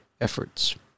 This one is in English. efforts